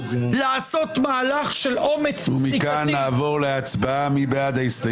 לעשות מהלך של אומץ פסיקתי --- נצביע על הסתייגות 226. מי בעד?